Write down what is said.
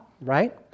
right